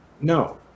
no